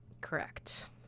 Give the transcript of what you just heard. Correct